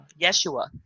Yeshua